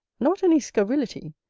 not any scurrility,